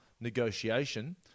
negotiation